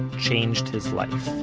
changed his life.